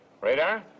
Radar